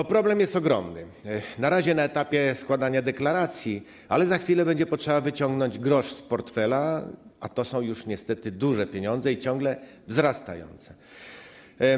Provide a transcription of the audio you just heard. A problem jest ogromny, na razie na etapie składania deklaracji, ale za chwilę będzie trzeba wyciągnąć grosz z portfela, a to są już niestety duże pieniądze i ciągle ich ilość wzrasta.